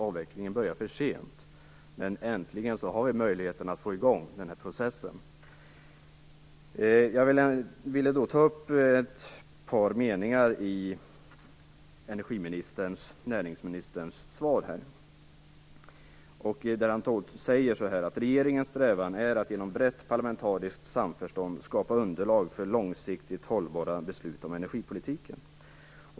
Avvecklingen börjar faktiskt för sent, men äntligen har vi möjlighet att få i gång processen. Jag vill ta upp ett par meningar i näringsministerns svar. Han skriver att regeringens strävan är att genom brett parlamentariskt samförstånd skapa underlag för långsiktigt hållbara beslut om energipolitiken.